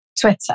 Twitter